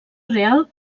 real